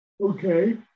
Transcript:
Okay